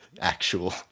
actual